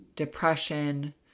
depression